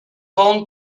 bon